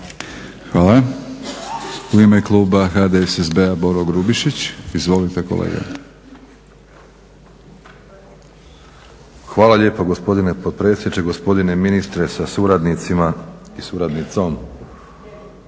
Hvala. U ime kluba HDSSB-a, Boro Grubišić. Izvolite kolega. **Grubišić, Boro (HDSSB)** Hvala lijepo gospodine potpredsjedniče. Gospodine ministre sa suradnicima i suradnicom.